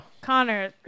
Connor